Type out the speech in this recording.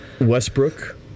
Westbrook